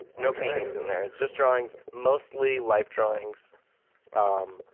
no paintings in there it's just drawings, mostly life drawings um,